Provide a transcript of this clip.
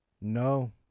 No